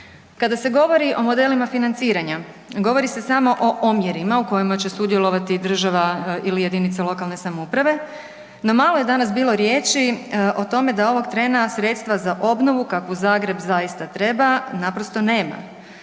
Kada se govori o modelima financiranja, govori se samo o omjerima u kojima će sudjelovati država ili jedinica lokalne samouprave, no malo je danas bilo riječi o tome da ovog trena sredstva za obnovu kakvu Zagreb zaista treba naprosto nema.